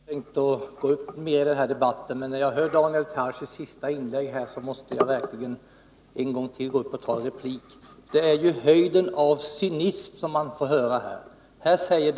Herr talman! Jag hade inte tänkt gå upp mer i den här debatten, men när jag har hört Daniel Tarschys senaste inlägg måste jag verkligen en gång till ta en replik. Det är ju höjden av cynism som man får möta här.